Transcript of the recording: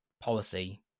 policy